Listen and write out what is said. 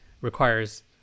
requires